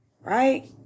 right